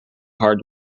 hard